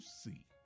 see